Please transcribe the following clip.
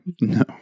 No